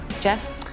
Jeff